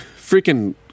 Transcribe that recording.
freaking